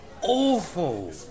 awful